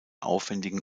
aufwändigen